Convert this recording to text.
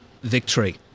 victory